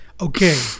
okay